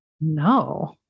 No